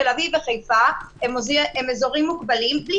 תל אביב וחיפה הם אזורים מוגבלים בלי